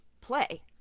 play